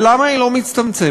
ולמה היא לא מצטמצמת?